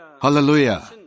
Hallelujah